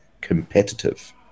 competitive